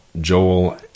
Joel